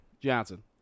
Johnson